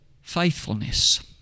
Faithfulness